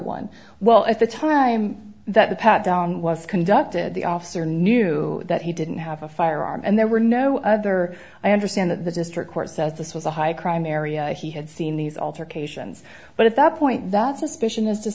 one well at the time that the pat down was conducted the officer knew that he didn't have a firearm and there were no other i understand that the district court says this was a high crime area he had seen these alter cations but at that point that suspicion is